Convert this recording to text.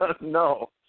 No